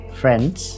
friends